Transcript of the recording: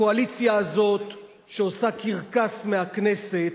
הקואליציה הזאת, שעושה קרקס מהכנסת,